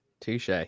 Touche